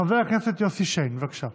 חבר הכנסת יוסי שיין, בבקשה,